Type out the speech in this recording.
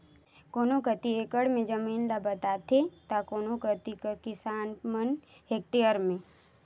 कोनो कती एकड़ में जमीन ल बताथें ता कोनो कती कर किसान मन हेक्टेयर में